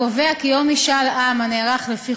הקובע כי יום משאל העם הנערך לפי